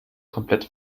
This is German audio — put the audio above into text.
komplett